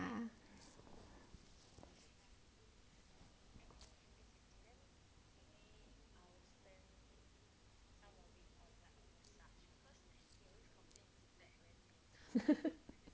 ah